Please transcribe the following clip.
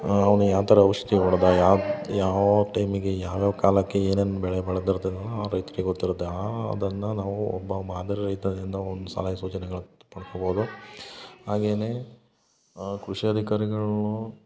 ಅವ್ನೆ ಯಾವ ಥರ ಔಷ್ಧಿ ಹೊಡ್ದ ಯಾವ್ದು ಯಾವ್ಯಾವ ಟೈಮಿಗೆ ಯಾವ್ಯಾವ ಕಾಲಕ್ಕೆ ಏನೇನು ಬೆಳೆ ಬೆಳದಿರ್ತದೋ ಆ ರೈತ್ರಿಗೆ ಗೊತ್ತಿರತ್ತೆ ಆ ಅದನ್ನ ನಾವು ಒಬ್ಬ ಮಾದರಿ ರೈತದಿಂದ ಒಂದು ಸಲಹೆ ಸೂಚನೆಗಳು ಪಡ್ಕೊಬೋದು ಹಾಗೇನೆ ಆ ಕೃಷಿ ಅಧಿಕಾರಿಗಳನ್ನು